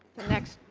next,